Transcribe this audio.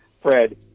Fred